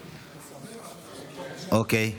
אוקיי.